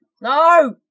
No